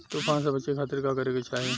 तूफान से बचे खातिर का करे के चाहीं?